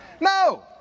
No